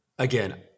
again